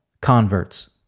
converts